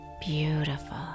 Beautiful